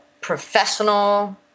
professional